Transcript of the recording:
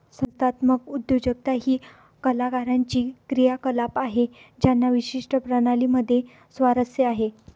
संस्थात्मक उद्योजकता ही कलाकारांची क्रियाकलाप आहे ज्यांना विशिष्ट प्रणाली मध्ये स्वारस्य आहे